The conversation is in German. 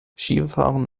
skifahren